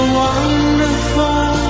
wonderful